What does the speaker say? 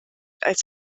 als